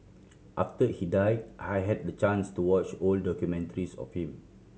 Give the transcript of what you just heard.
after he died I had the chance to watch old documentaries of him